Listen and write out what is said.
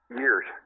years